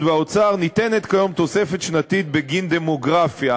והאוצר ניתנת כיום תוספת שנתית בגין דמוגרפיה